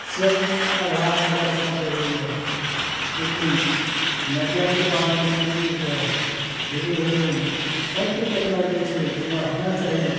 सब आधा आधा कपड़ा पहिरैए लेकिन नदियाके पारमे जे भी रहऽ हीरो हीरोइन सबकेँ कपड़ा जे छै जेना होना चाही